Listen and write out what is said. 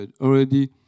already